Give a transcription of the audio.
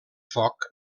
foc